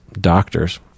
doctors